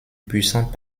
puissant